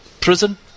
prison